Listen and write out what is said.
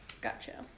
gotcha